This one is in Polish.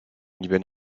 niby